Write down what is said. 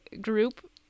group